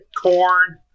corn